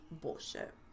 bullshit